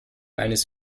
eines